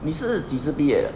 你是几时毕业的